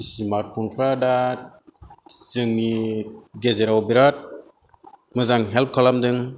स्मार्तफ'नफ्रा दा जोंनि गेजेराव बिराद मोजां हेल्प खालामदों